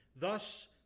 thus